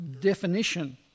definition